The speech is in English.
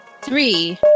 three